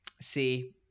See